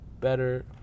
better